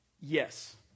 yes